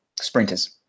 Sprinters